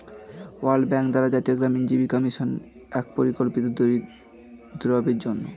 world bank দ্বারা জাতীয় গ্রামীণ জীবিকা মিশন এক পরিকল্পনা দরিদ্রদের জন্যে